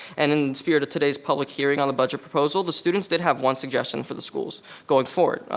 and in the spirit of today's public hearing on the budget proposal, the students that have one suggestion for the schools going forward.